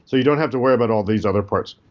so you don't have to worry about all these other parts.